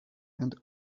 and